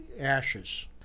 ashes